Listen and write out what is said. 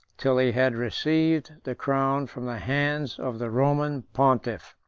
till he had received the crown from the hands of the roman pontiff.